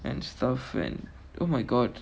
and stuff and oh my god